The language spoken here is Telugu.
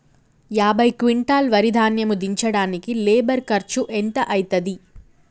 యాభై క్వింటాల్ వరి ధాన్యము దించడానికి లేబర్ ఖర్చు ఎంత అయితది?